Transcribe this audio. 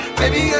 baby